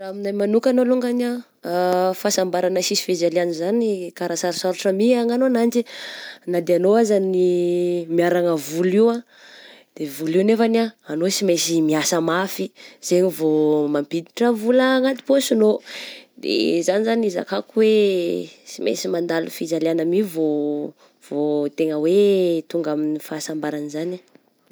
Raha aminay manokana longany ah, fahasambarana sisy fijaliana izany karaha sarosarotra my hanagno ananjy, na dia anao aza ny miharagna vola io de vola io nefagny ah anao sy mainsy miasa mafy zegny vô mampiditra vola anaty pôsinao, de zany zany hizakako hoe sy mainsy mandalo fijaliana my vô vô tegna hoe tonga amin'ny fahasambarana zagny.